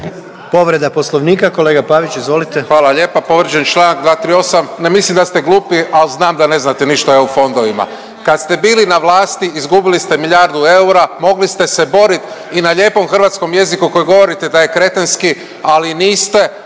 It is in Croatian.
Povreda Poslovnika, kolega Pavić izvolite. **Pavić, Marko (HDZ)** Hvala lijepa. Povrijeđen je čl. 238. ne mislim da ste glupi al znam da ne znate ništa o EU fondovima. Kad ste bili na vlasti izgubili ste milijardu eura, mogli ste se borit i na lijepom hrvatskom jeziku koji govorite da je kretenski ali niste.